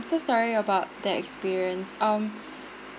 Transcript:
so sorry about that experience um